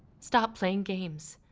stop playing games.